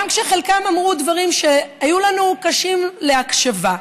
גם כשחלקם אמרו דברים שהיו לנו קשים להקשבה.